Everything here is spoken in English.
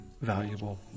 valuable